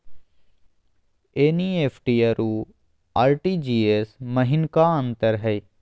NEFT अरु RTGS महिना का अंतर हई?